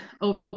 over